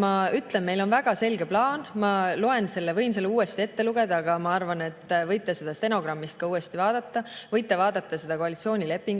Ma ütlen, meil on väga selge plaan. Ma võin selle uuesti ette lugeda, aga ma arvan, et te võite seda stenogrammist uuesti vaadata. Võite vaadata koalitsioonilepingust,